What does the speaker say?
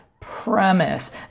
premise